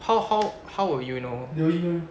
how how how would you know